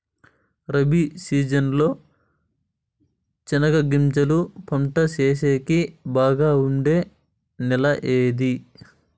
Rabi season లో చెనగగింజలు పంట సేసేకి బాగా ఉండే నెల ఏది?